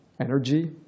energy